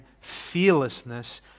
fearlessness